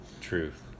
truth